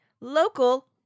local